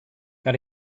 got